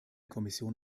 kommission